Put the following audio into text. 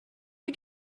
you